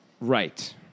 Right